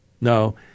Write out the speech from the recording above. No